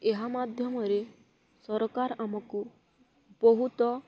ଏହା ମାଧ୍ୟମରେ ସରକାର ଆମକୁ ବହୁତ